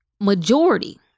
majority